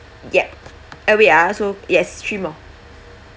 yeah eh wait ah so yes three more